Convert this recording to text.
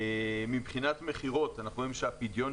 מבחינת מכירות אנחנו רואים שהפדיון